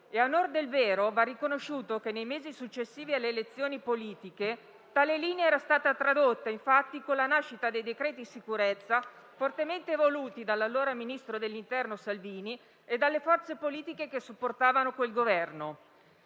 e, a onor del vero, va riconosciuto che, nei mesi successivi alle elezioni politiche, era stata tradotta, infatti, con la nascita dei decreti-legge sicurezza, fortemente voluti dall'allora ministro dell'interno Salvini e dalle forze politiche che supportavano quel Governo.